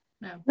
No